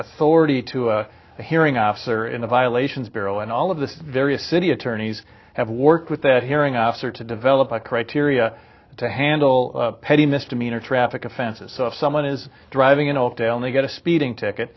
authority to a hearing after in the violations bureau and all of the various city attorneys have worked with that hearing officer to develop a criteria to handle petty misdemeanor traffic offenses so if someone is driving in oakdale and they get a speeding ticket